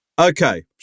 okay